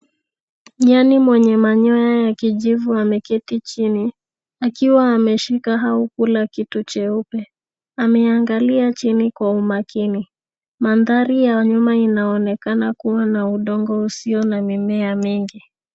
Nyani mwenye manyoya ya kijivu ameketi chini akiwa ameshika au kula kitu cheupe, ameangalia chini kwa umakini. Mandhari ya nyuma inaonekana kuwa na udongo usio na mimea mingi.